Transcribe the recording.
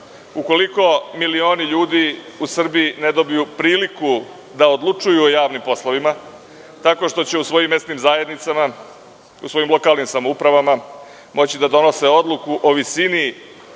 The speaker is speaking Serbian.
Ukoliko milioni ljudi u Srbiji ne dobiju priliku da odlučuju o javnim poslovima tako što će u svojim mesnim zajednicama, u svojim lokalnim samoupravama moći da donose odluke o visini